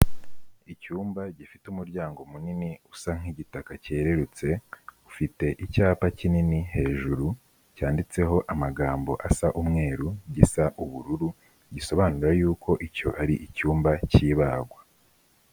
Icyumba gifite umuryango munini usa nk'igitaka cyererutse, ufite icyapa kinini hejuru cyanditseho amagambo asa umweru, gisa ubururu, gisobanura yuko icyo ari icyumba cy'ibagwa.